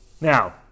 now